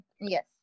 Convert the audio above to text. yes